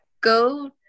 go